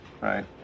right